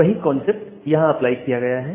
वही कांसेप्ट यहां अप्लाई किया गया है